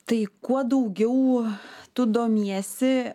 tai kuo daugiau tu domiesi